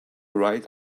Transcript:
ride